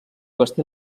bastí